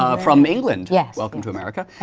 ah from england. yeah welcome to america.